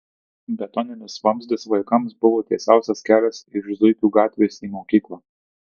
betoninis vamzdis vaikams buvo tiesiausias kelias iš zuikių gatvės į mokyklą